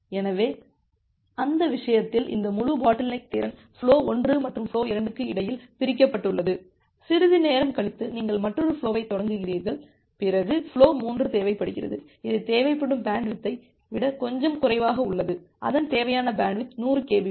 எனவே அந்த விஷயத்தில் இந்த முழு பாட்டில்நெக் திறன் ஃபுலோ 1 மற்றும் ஃபுலோ 2 க்கு இடையில் பிரிக்கப்பட்டுள்ளது சிறிது நேரம் கழித்து நீங்கள் மற்றொரு ஃபுலோவைத் தொடங்கினீர்கள் பிறகு ஃபுலோ 3 தேவைப்படுகிறது இது தேவைப்படும் பேண்ட்வித்தை விட கொஞ்சம் குறைவாக உள்ளது அதன் தேவையான பேண்ட்வித் 100 kbps